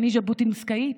אני ז'בוטינסקאית.